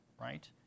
right